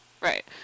right